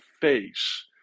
face